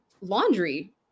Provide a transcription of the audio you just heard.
laundry